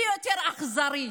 מי יותר אכזרי.